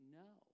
no